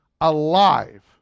alive